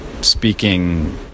speaking